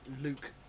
Luke